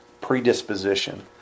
predisposition